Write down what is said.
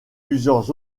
plusieurs